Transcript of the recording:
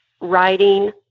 writing